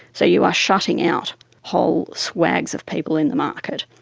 so you are shutting out whole swags of people in the market,